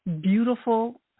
beautiful